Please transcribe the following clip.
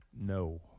No